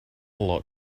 lot